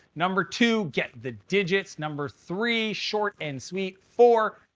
number two, get the digits. number three, short and sweet. four,